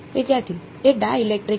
વિદ્યાર્થી તે ડાઇલેક્ટ્રિક છે